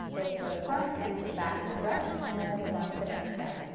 both for the front and for the back of the dress. and then we'll move onto the next step.